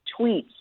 tweets